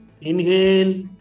Inhale